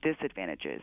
disadvantages